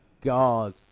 God